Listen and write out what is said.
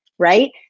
Right